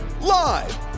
Live